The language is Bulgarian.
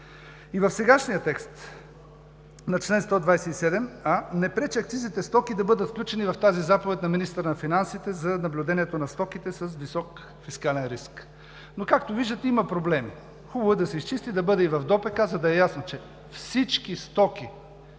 И в сегашния текст на чл. 127а не пречи акцизните стоки да бъдат включени в тази Заповед на министъра на финансите – за наблюдението на стоки с висок фискален риск, но, както виждате, има проблеми. Хубаво е да се изчистят, да са и в ДОПК, за да е ясно, че всички